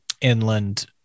inland